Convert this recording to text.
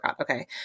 okay